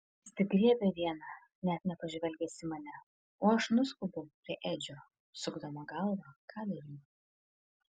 jis tik griebia vieną net nepažvelgęs į mane o aš nuskubu prie edžio sukdama galvą ką daryti